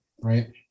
right